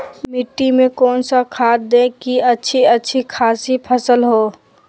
मिट्टी में कौन सा खाद दे की अच्छी अच्छी खासी फसल हो?